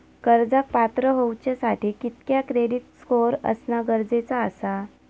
कर्जाक पात्र होवच्यासाठी कितक्या क्रेडिट स्कोअर असणा गरजेचा आसा?